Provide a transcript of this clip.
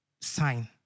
sign